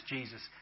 Jesus